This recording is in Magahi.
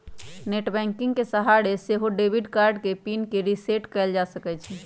नेट बैंकिंग के सहारे से सेहो डेबिट कार्ड के पिन के रिसेट कएल जा सकै छइ